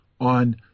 on